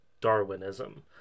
Darwinism